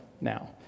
now